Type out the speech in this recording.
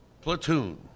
Platoon